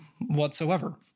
whatsoever